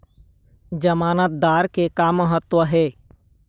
जमानतदार के का महत्व हे?